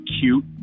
cute